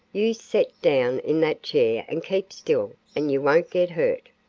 you set down in that chair and keep still and you won't get hurt.